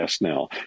Now